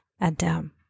Adam